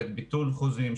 ביטול חוזים,